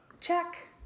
Check